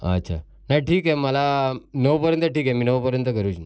अच्छा नाही ठीक आहे मला नऊपर्यंत ठीक आहे मी नऊपर्यंत घरीच येईन